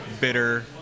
bitter